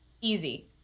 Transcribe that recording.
Easy